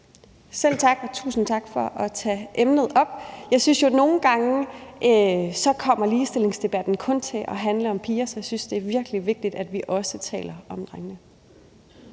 Selv tak, og tusind tak for at tage emnet op. Jeg synes jo, at ligestillingsdebatten nogle gange kun kommer til at handle om piger, og jeg synes, det er virkelig vigtigt, at vi også taler om drenge.